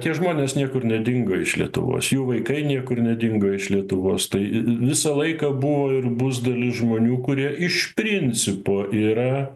tie žmonės niekur nedingo iš lietuvos jų vaikai niekur nedingo iš lietuvos tai visą laiką buvo ir bus dalis žmonių kurie iš principo yra